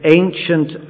ancient